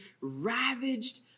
ravaged